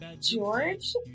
george